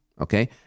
Okay